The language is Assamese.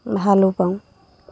হালো বাওঁ